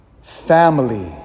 Family